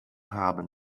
haben